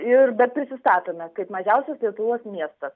ir dar prisistatome kaip mažiausias lietuvos miestas